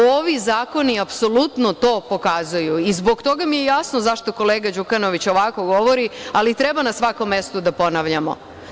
Ovi zakoni apsolutno to pokazuju i zbog toga mi je jasno zašto kolega Đukanović ovako govori, ali treba na svakom mestu da ponavljamo.